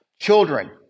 children